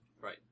Right